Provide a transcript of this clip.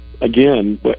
again